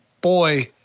boy